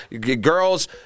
girls